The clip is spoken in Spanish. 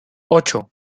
ocho